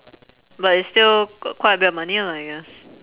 but it's still got quite a bit of money lah I guess